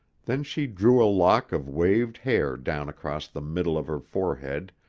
then she drew a lock of waved hair down across the middle of her forehead,